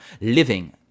living